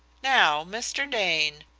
now, mr. dane,